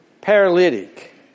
paralytic